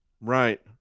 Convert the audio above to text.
Right